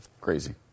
Crazy